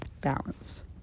Balance